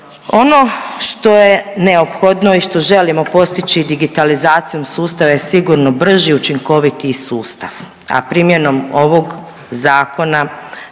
Ono što je neophodno i što želimo postići digitalizacijom sustava je sigurno brži i učinkoviti sustav, a primjenom ovog zakona